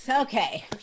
okay